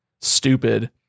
stupid